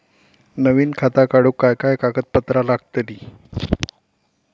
नवीन खाता काढूक काय काय कागदपत्रा लागतली?